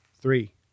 Three